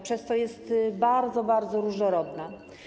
Przez to jest bardzo, bardzo różnorodna.